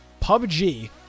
PUBG